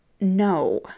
no